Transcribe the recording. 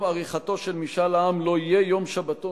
עריכתו של משאל העם לא יהיה יום שבתון,